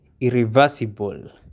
irreversible